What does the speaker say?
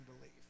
believe